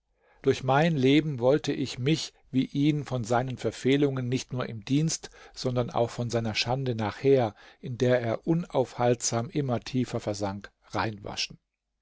durch mein leben wollte ich mich wie ihn von seinen verfehlungen nicht nur im dienst sondern auch von seiner schande nachher in der er unaufhaltsam immer tiefer versank reinwaschen